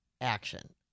action